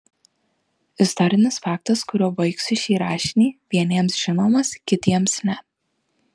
istorinis faktas kuriuo baigsiu šį rašinį vieniems žinomas kitiems ne